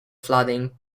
flooding